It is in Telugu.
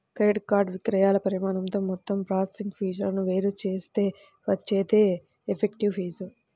క్రెడిట్ కార్డ్ విక్రయాల పరిమాణంతో మొత్తం ప్రాసెసింగ్ ఫీజులను వేరు చేస్తే వచ్చేదే ఎఫెక్టివ్ ఫీజు